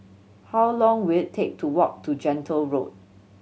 how long will it take to walk to Gentle Road